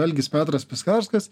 algis petras piskarskas